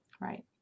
Right